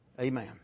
Amen